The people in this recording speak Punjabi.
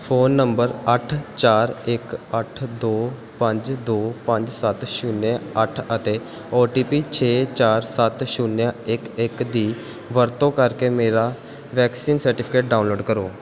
ਫ਼ੋਨ ਨੰਬਰ ਅੱਠ ਚਾਰ ਇੱਕ ਅੱਠ ਦੋ ਪੰਜ ਦੋ ਪੰਜ ਸੱਤ ਸ਼ੂਨਿਆ ਅੱਠ ਅਤੇ ਓ ਟੀ ਪੀ ਛੇ ਚਾਰ ਸੱਤ ਸ਼ੂਨਿਆ ਇੱਕ ਇੱਕ ਦੀ ਵਰਤੋਂ ਕਰਕੇ ਮੇਰਾ ਵੈਕਸੀਨ ਸਰਟੀਫਿਕੇਟ ਡਾਊਨਲੋਡ ਕਰੋ